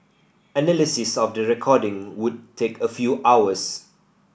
analysis of the recordings would take a few hours